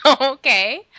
Okay